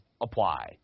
apply